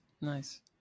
nice